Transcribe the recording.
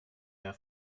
mehr